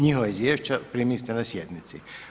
Njihova izvješća primili ste na sjednici.